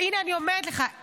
הינה אני אומרת לך,